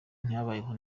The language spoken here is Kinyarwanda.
ntibabayeho